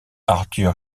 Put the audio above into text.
arthur